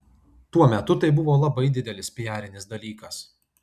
tuo metu tai buvo labai didelis piarinis dalykas